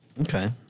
Okay